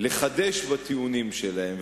לחדש בטיעונים שלהם.